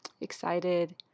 excited